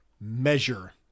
measure